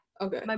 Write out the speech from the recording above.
Okay